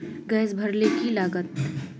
Gas भरले की लागत?